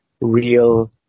real